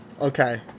Okay